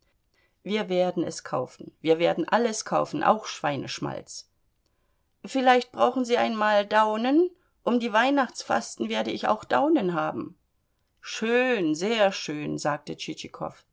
wir werden es kaufen wir werden alles kaufen auch schweineschmalz vielleicht brauchen sie einmal daunen um die weihnachtsfasten werde ich auch daunen haben schön sehr schön sagte